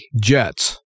jets